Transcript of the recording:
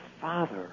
father